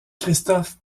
christophe